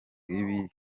ibi